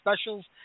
specials